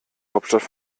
hauptstadt